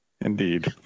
Indeed